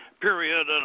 period